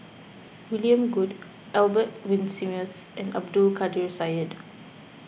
William Goode Albert Winsemius and Abdul Kadir Syed